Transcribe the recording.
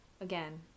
Again